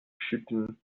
schütteln